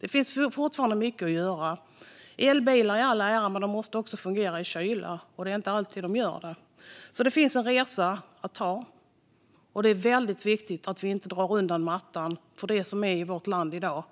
Det finns fortfarande mycket att göra. Elbilar i all ära, men de måste också fungera i kyla. Det är inte alltid de gör det. Det finns en resa att göra. Det är väldigt viktigt att vi inte drar undan mattan för det som finns i vårt land i dag